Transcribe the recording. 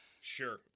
Sure